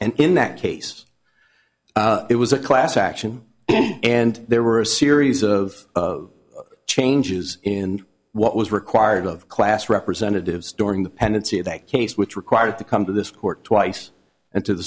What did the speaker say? and in that case it was a class action and there were a series of changes in what was required of class representatives during the pendency of that case which required to come to this court twice and to the